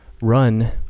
run